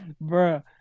Bro